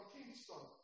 Kingston